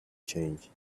change